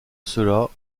cela